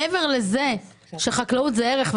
מעבר לזה שחקלאות היא ערך,